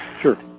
Sure